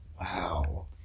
Wow